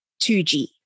2G